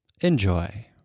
Enjoy